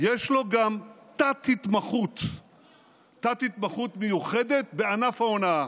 יש לו גם תת-התמחות מיוחדת בענף ההונאה,